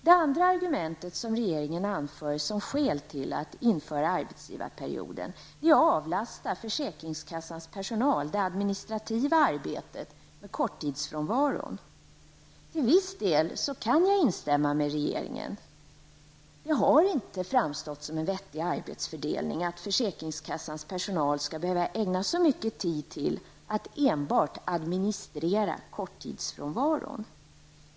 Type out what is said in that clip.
Det andra argumentet som regeringen anför som skäl till att införa arbetsgivarperioden är att avlasta försäkringskassans personal det administrativa arbetet med korttidsfrånvaron. Till viss del kan jag instämma med regeringen, det har inte framstått som en vettig arbetsfördelning att försäkringskassans personal skall behöva ägna så mycket tid till att enbart administrera korttidsfrånvaron.